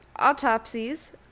Autopsies